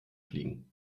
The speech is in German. fliegen